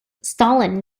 stalin